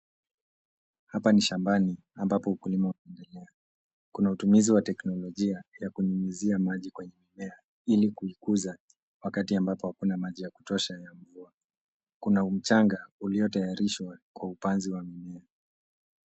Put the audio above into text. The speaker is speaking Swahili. Hapa ni shambani ambapo ukulima unaendelea. Kuna utumizi wa teknolojia ya kunyunyuzia maji kwenye mimea ili kuikuza wakati ambapo hakuna maji ya kutosha ya mvua . Kuna mchanga uliotayarishwa kwa upanzi wa mimea.